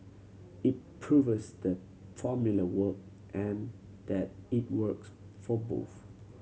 it proves that formula work and that it works for both